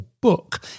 book